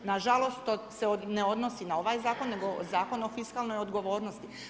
Na žalost to se ne odnosi na ovaj zakon, nego Zakon o fiskalnoj odgovornosti.